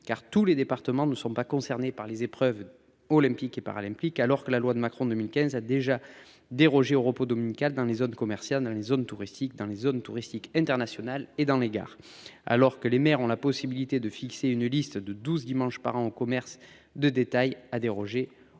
car tous les départements ne sont pas concernés par les épreuves olympiques et paralympiques. La loi Macron de 2015 permet déjà de déroger au repos dominical dans les zones commerciales, dans les zones touristiques, dans les zones touristiques internationales et dans les gares. En outre, les maires ont la possibilité de fixer une liste de douze dimanches par an permettant aux commerces de détail de déroger au repos dominical-